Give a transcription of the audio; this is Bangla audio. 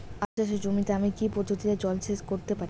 আলু চাষে জমিতে আমি কী পদ্ধতিতে জলসেচ করতে পারি?